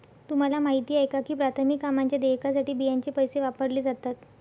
तुम्हाला माहिती आहे का की प्राथमिक कामांच्या देयकासाठी बियांचे पैसे वापरले जातात?